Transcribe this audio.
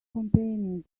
complaining